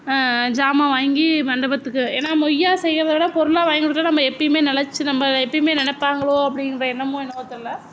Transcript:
சாமான் வாங்கி மண்டபத்துக்கு ஏன்னால் மொய்யாக செய்கிறத விட பொருளாக வாங்கி கொடுத்தா நம்ம எப்பேயுமே நிலைச்சி நம்ம எப்பேயுமே நினைப்பாங்களோ அப்படிங்கிற எண்ணமோ என்னவோ தெரியல